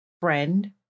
friend